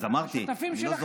השותפים שלכם.